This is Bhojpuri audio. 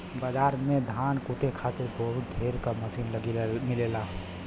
बाजार में धान कूटे खातिर बहुत ढेर क मसीन मिलेला